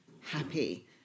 happy